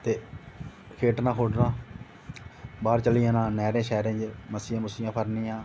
ते खेढ़ना बाहर चली जाना नैह्रें च मच्छियां फड़नियां